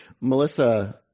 Melissa